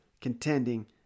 contending